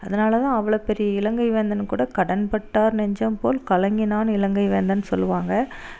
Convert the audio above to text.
அதனால்தான் அவ்வளோ பெரிய இலங்கை வேந்தன் கூட கடன்பட்டார் நெஞ்சம் போல் கலங்கினான் இலங்கை வேந்தன்னு சொல்லுவாங்க